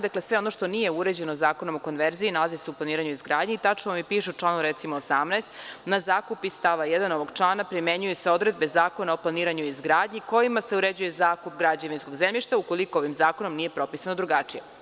Dakle, sve ono što nije uređeno Zakonom o konverziji nalazi se u planiranju i izgradnji i tačno piše u članu, recimo, 18. - na zakup iz stava 1. ovog člana primenjuju se odredbe Zakona o planiranju i izgradnji kojima se uređuje zakup građevinskog zemljišta, ukoliko ovim zakonom nije propisano drugačije.